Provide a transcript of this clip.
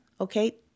Okay